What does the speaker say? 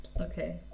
Okay